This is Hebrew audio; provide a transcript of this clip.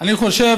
אני חושב